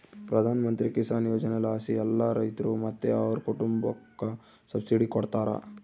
ಪ್ರಧಾನಮಂತ್ರಿ ಕಿಸಾನ್ ಯೋಜನೆಲಾಸಿ ಎಲ್ಲಾ ರೈತ್ರು ಮತ್ತೆ ಅವ್ರ್ ಕುಟುಂಬುಕ್ಕ ಸಬ್ಸಿಡಿ ಕೊಡ್ತಾರ